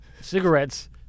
cigarettes